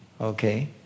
okay